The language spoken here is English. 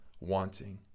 wanting